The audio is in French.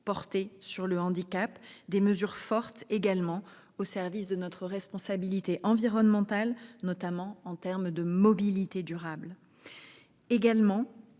porté sur le handicap ; des mesures fortes au service de notre responsabilité environnementale, notamment en termes de mobilité durable